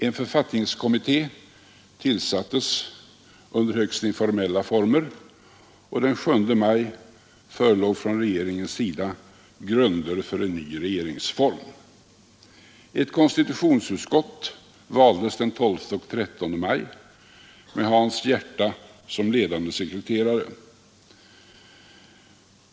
En författningskommitté tillsattes under högst informella former, och den 7 maj förelåg från regeringens sida grunder för en ny regeringsform. Ett konstitutionsutskott valdes den 12 och 13 maj med Hans Järta som ledande sekreterare.